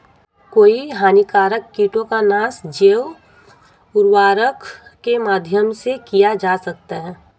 कई हानिकारक कीटों का नाश जैव उर्वरक के माध्यम से किया जा सकता है